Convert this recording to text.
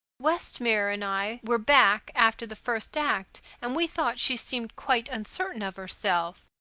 westmere and i were back after the first act, and we thought she seemed quite uncertain of herself.